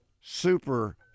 super